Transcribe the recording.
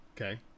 Okay